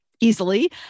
easily